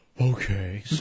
Okay